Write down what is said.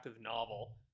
novel